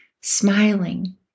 smiling